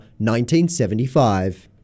1975